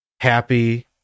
happy